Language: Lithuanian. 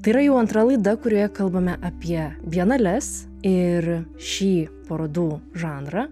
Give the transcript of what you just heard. tai yra jau antra laida kurioje kalbame apie bienales ir šį parodų žanrą